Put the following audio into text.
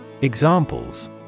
Examples